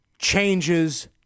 changes